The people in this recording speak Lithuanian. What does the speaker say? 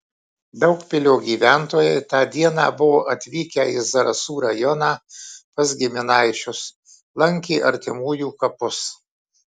daugpilio gyventojai tą dieną buvo atvykę į zarasų rajoną pas giminaičius lankė artimųjų kapus